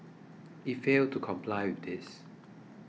it failed to comply with this